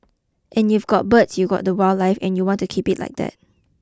and you've got birds you've got the wildlife and you want to keep it like that